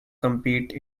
compete